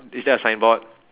is there a signboard